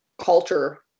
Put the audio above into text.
culture